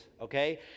okay